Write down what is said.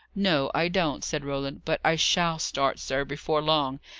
no, i don't, said roland. but i shall start, sir, before long,